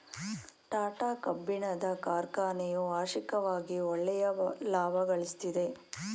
ಟಾಟಾ ಕಬ್ಬಿಣದ ಕಾರ್ಖನೆಯು ವಾರ್ಷಿಕವಾಗಿ ಒಳ್ಳೆಯ ಲಾಭಗಳಿಸ್ತಿದೆ